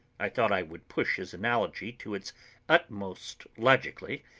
i thought i would push his analogy to its utmost logically,